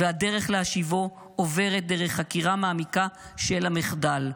והדרך להשיבו עוברת דרך חקירה מעמיקה של המחדל.